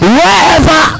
Wherever